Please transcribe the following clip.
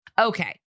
Okay